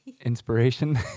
inspiration